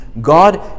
God